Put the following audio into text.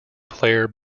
player